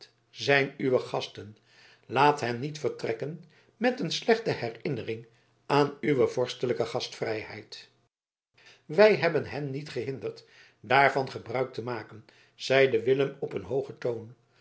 zijn uwe gasten laat hen niet vertrekken met een slechte herinnering aan uwe vorstelijke gastvrijheid wij hebben hen niet gehinderd daarvan gebruik te maken zeide willem op een hoogen toon